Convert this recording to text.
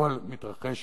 הכול מתרחש